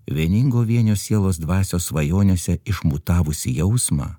vieningo vienio sielos dvasios svajonėse išmutavusį jausmą